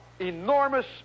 enormous